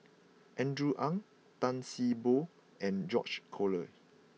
Andrew Ang Tan See Boo and George Collyer